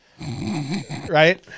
Right